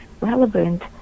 relevant